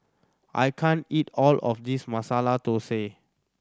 I can't eat all of this Masala Dosa